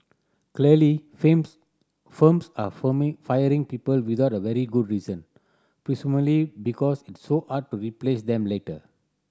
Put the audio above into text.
clearly firms are forming firing people without a very good reason presumably because it's so hard to replace them later